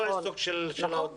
זה לא עיסוק של האוצר.